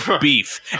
beef